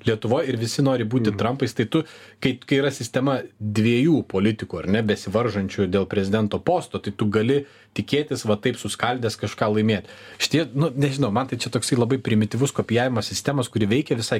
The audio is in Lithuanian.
lietuvoj ir visi nori būti trampais tai tu kai kai yra sistema dviejų politikų ar ne besivaržančių dėl prezidento posto tai tu gali tikėtis va taip suskaldęs kažką laimėti šitie nu nežinau man tai čia toksai labai primityvus kopijavimo sistemos kuri veikia visai